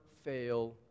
fail